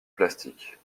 plastique